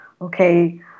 okay